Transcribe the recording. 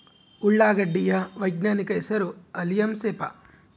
ಉಳ್ಳಾಗಡ್ಡಿ ಯ ವೈಜ್ಞಾನಿಕ ಹೆಸರು ಅಲಿಯಂ ಸೆಪಾ